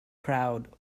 crowd